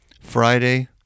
Friday